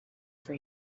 for